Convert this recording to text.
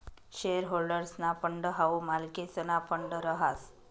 share होल्डर्सना fund हाऊ मालकेसना फंड रहास